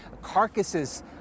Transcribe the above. carcasses